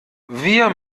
wir